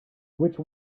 which